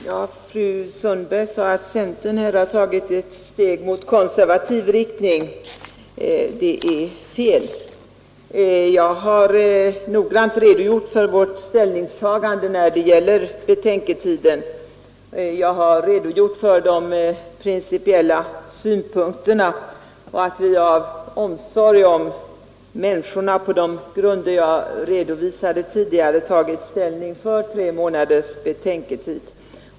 Herr talman! Fru Sundberg sade att centern tagit ett steg i konservativ riktning. Det är fel. Jag har noggrant redogjort för vårt ställningstagande när det gäller betänketiden. Jag har redogjort för de principiella synpunkterna och för att vi av omsorg om människorna på de grunder jag tidigare redovisat tagit ställning för tre månaders betänketid.